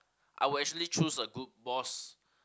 I will actually choose a good boss